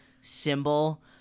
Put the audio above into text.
symbol